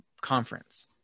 conference